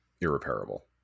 irreparable